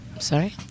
sorry